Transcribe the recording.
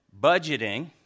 budgeting